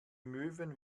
möwen